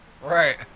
Right